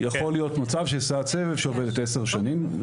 יכול להיות מצב של סייעת סבב שעובדת 10 שנים.